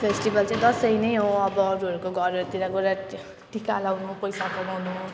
festival चाहिँ दसैँ नै हो अब अरूहरूको घरहरूतिर गएर त टिका लगाउनु पैसा बनाउनु